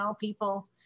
people